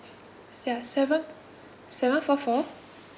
ya seven seven four four